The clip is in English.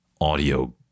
audio